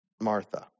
Martha